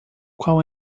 qual